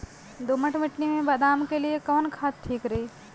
दोमट मिट्टी मे बादाम के लिए कवन खाद ठीक रही?